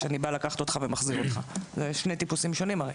אלו שני טיפוסים שונים.